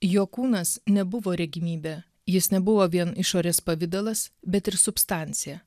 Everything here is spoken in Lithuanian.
jo kūnas nebuvo regimybė jis nebuvo vien išorės pavidalas bet ir substancija